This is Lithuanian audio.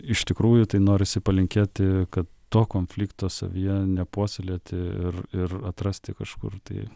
iš tikrųjų tai norisi palinkėti kad to konflikto savyje nepuoselėti ir ir atrasti kažkur tai